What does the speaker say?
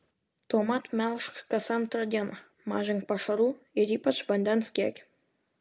tuomet melžk kas antrą dieną mažink pašarų ir ypač vandens kiekį